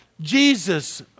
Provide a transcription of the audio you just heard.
Jesus